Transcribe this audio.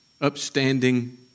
upstanding